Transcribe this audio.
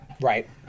Right